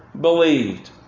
believed